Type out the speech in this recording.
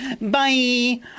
Bye